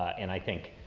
and i think,